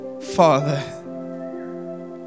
Father